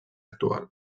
actual